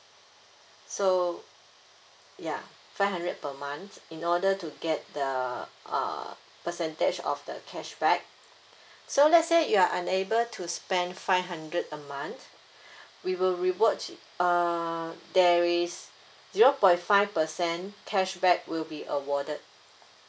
so ya five hundred per month in order to get the uh percentage of the cashback so let's say you are unable to spend five hundred a month we will reward uh there is zero point five percent cashback will be awarded